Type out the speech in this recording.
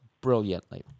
brilliantly